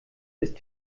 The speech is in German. ist